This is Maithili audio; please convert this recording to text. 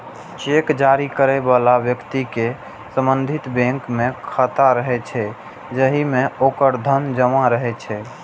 चेक जारी करै बला व्यक्ति के संबंधित बैंक मे खाता रहै छै, जाहि मे ओकर धन जमा रहै छै